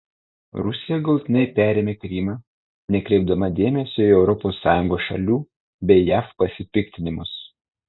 rusija galutinai perėmė krymą nekreipdama dėmesio į europos sąjungos šalių bei jav pasipiktinimus